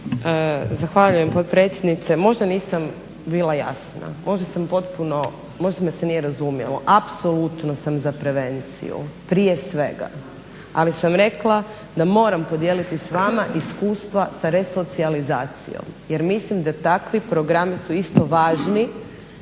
Zahvaljujem potpredsjednice. Možda nisam bila jasna. Možda me se nije razumijelo. Apsolutno sam za prevenciju. Prije svega. Ali sam rekla da moram s vama podijeliti iskustva s resocijalizacijom jer mislim da takvi programi su isto važni,